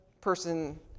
person